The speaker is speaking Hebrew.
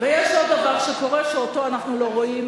ויש עוד דבר שקורה שאותו אנחנו לא רואים,